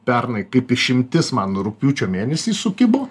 pernai kaip išimtis man rugpjūčio mėnesį sukibo